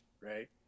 Right